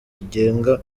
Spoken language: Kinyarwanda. rigenga